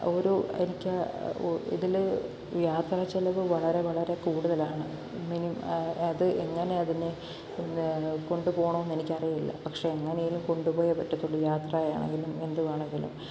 ഒരു എനിക്ക് ഇതില് യാത്രാച്ചിലവ് വളരെ വളരെ കൂടുതലാണ് അത് എങ്ങനെ അതിനെ കൊണ്ടുപോകണമെന്നെനിക്കറിയില്ല പക്ഷേ എങ്ങനെയേലും കൊണ്ടുപോയേ പറ്റത്തുള്ളൂ യാത്രയാണെങ്കിലും എന്തുവാണെങ്കിലും